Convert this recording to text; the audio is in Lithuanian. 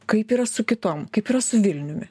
kaip yra su kitom kaip yra su vilniumi